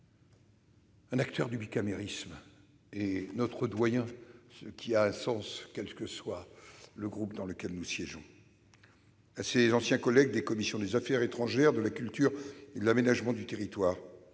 un partisan du bicamérisme, et notre doyen- ce qui a un sens pour chacun d'entre nous, quel que soit le groupe dans lequel nous siégeons. À ses anciens collègues des commissions des affaires étrangères, de la culture et de l'aménagement du territoire,